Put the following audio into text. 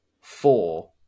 four